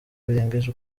birengeje